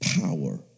Power